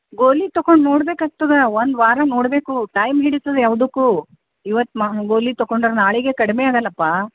ಗೋಲಿ ತಕೊಂಡು ನೋಡ್ಬೇಕಾಗ್ತದ ಒಂದು ವಾರ ನೋಡಬೇಕು ಟೈಮ್ ಹಿಡೀತದೆ ಯಾವುದಕ್ಕೂ ಇವತ್ತು ಮ ಗೋಲಿ ತಕೊಂಡ್ರೆ ನಾಳೆಗೆ ಕಡಿಮೆ ಆಗೋಲ್ಲಪ್ಪಾ